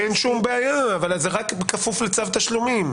אין שום בעיה, אבל זה רק כפוף לצו תשלומים.